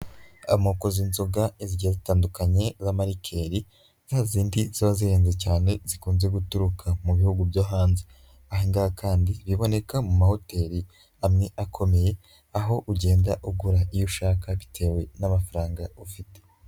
Amokoza z'inzoga zigiye zitandukanye z'amarikeli zazindi ziba zihenze cyane, zikunze guturuka mu bihugu byo hanze, aha ngaha kandi biboneka mu mahoteli amwe akomeye, aho ugenda ugura iyo ushaka bitewe n'amafaranga ufite.